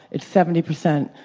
it's seventy percent.